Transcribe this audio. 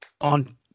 On